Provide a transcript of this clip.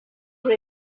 were